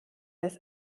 das